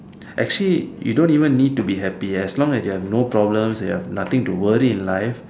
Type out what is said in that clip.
actually you don't even need to be happy as long as you have no problems you have nothing to worry in life